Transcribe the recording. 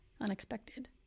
unexpected